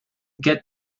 get